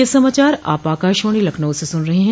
ब क यह समाचार आप आकाशवाणी लखनऊ से सुन रहे हैं